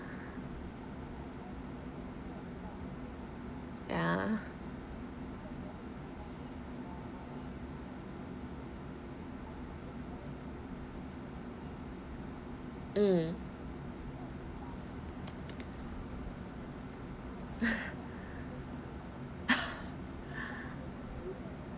ya mm